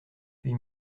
huit